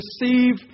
receive